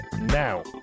now